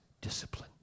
discipline